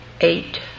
Eight